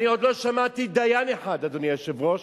עוד לא שמעתי דיין אחד, אדוני היושב-ראש,